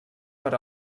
per